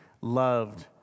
loved